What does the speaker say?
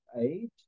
age